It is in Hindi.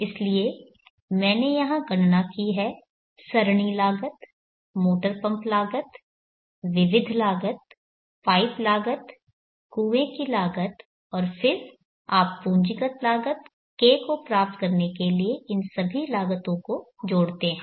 इसलिए मैंने यहां गणना की है सरणी लागत मोटर पंप लागत विविध लागत पाइप लागत कुंए की लागत और फिर आप पूंजीगत लागत K को प्राप्त करने के लिए इन सभी लागतों को जोड़ते हैं